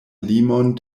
limon